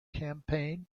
campaign